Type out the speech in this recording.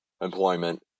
employment